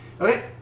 Okay